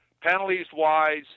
penalties-wise